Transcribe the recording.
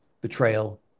betrayal